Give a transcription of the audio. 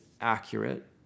accurate